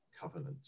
covenant